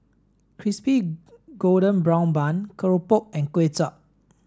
Crispy Golden Brown Bun Keropok and Kuay Chap